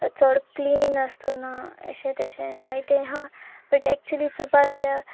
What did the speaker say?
चड क्लिनी नासतना अशें तशें जायतें आसा बट एक्चुली चोवपा गेल्यार